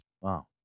Wow